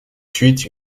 suite